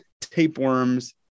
tapeworms